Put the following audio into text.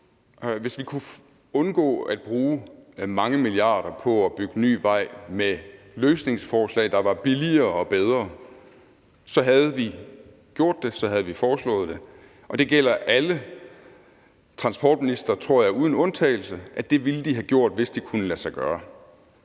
Hvis vi kunne undgå at bruge mange milliarder på at bygge ny vej med løsningsforslag, der var billigere og bedre, så havde vi gjort det, så havde vi foreslået det. Det gælder alle transportministre, tror jeg, uden undtagelse, at det ville de have gjort, hvis det kunne lade sig gøre.